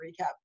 recap